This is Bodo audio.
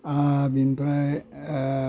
बेनिफ्राय